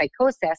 psychosis